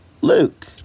Luke